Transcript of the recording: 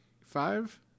five